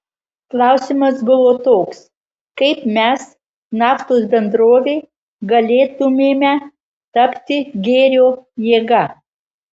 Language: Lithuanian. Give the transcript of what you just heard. klausimas buvo toks kaip mes naftos bendrovė galėtumėme tapti gėrio jėga